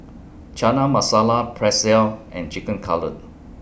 Chana Masala Pretzel and Chicken Cutlet